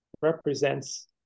represents